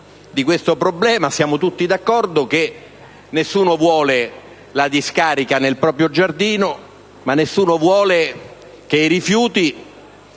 di questo problema, siamo tutti d'accordo che nessuno vuole la discarica nel proprio giardino, ma nessuno vuole che i rifiuti